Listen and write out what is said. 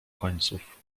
końców